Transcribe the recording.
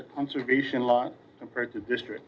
that conservation law compared to district